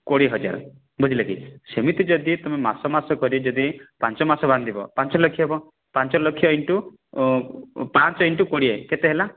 କୋଡ଼ିଏ ହଜାର ବୁଝିଲେ କି ସେମିତି ଯଦି ତୁମେ ମାସ ମାସ କରି ଯଦି ପାଞ୍ଚ ମାସ ବାନ୍ଧିବ ପାଞ୍ଚ ଲକ୍ଷ ହେବ ପାଞ୍ଚ ଲକ୍ଷ ଇନଟୁ ପାଞ୍ଚ ଇନଟୁ କୋଡ଼ିଏ କେତେ ହେଲା